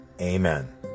Amen